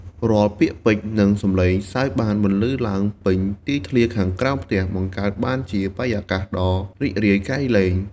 រាល់ពាក្យពេចន៍និងសំឡេងសើចបានបន្លឺឡើងពេញទីធ្លាខាងក្រោមផ្ទះ បង្កើតបានជាបរិយាកាសដ៏រីករាយក្រៃលែង។